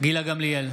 גילה גמליאל,